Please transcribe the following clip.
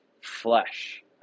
flesh